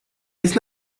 it’s